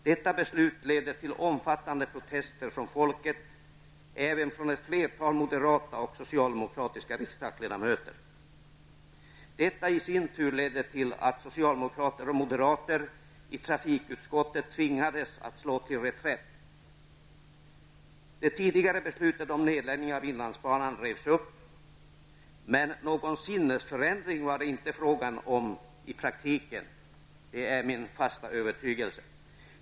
Detta beslut ledde till omfattande protester från folket -- även från ett flertal moderata och socialdemokratiska riksdagsledamöter. Detta i sin tur ledde till att socialdemokrater och moderater i trafikutskottet tvingades att slå till reträtt. Det tidigare beslutet om nedläggning av inlandsbanan revs upp. Men någon sinnesförändring var det inte fråga om i praktiken; det är min fasta övertygelse.